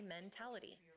mentality